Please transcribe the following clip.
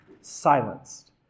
silenced